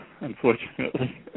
Unfortunately